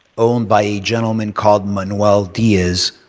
owned by a gentleman called manuel diaz,